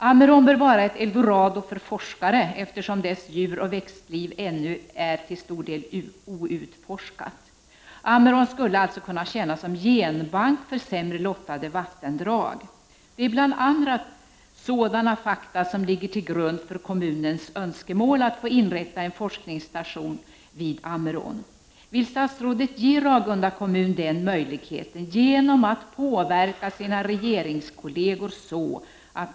Ammerån bör vara ett eldorado för forskare, eftersom dess djuroch växt — Prot. 1989/90:43 liv ännu är till stor del outforskat. 11 december 1989 Ammerån skulle alltså kunna tjäna som genbank för sämre lottade vattendrag. Svar på interpellationer Det är bl.a. sådana fakta som ligger till grund för kommunens önskemål att få inrätta en forskningsstation vid Ammerån. Vill statsrådet ge Ragunda kommun den möjligheten genom att påverka sina regeringskolleger så, att svaret.